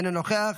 אינו נוכח,